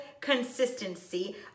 consistency